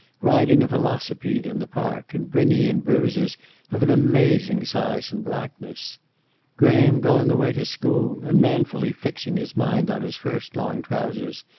riding a velocipede in the park and bringing in bruises of an amazing size and blackness graham going away to school, and manfully fixing his mind on his first long trousers,